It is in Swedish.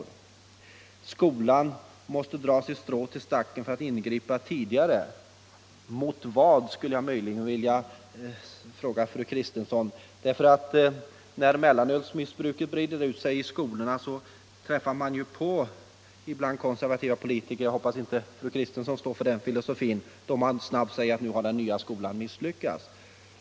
Fru Kristensson menar att skolan måste dra sitt strå till stacken och ingripa tidigare. Mot vad? skulle jag vilja fråga fru Kristensson. Samtidigt som man konstaterar att mellanölsmissbruket breder ut sig i skolan påträffar man ibland konservativa politiker — jag hoppas att fru Kristensson inte hör till dem — som utan vidare accepterar detta och säger att den nya skolan har misslyckats.